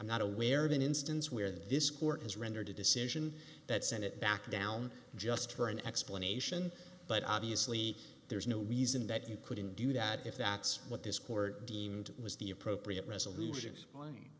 i'm not aware of an instance where this court has rendered a decision that sent it back down just for an explanation but obviously there's no reason that you couldn't do that if that's what this court deemed was the appropriate resolution